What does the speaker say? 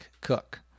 cook